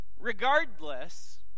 Regardless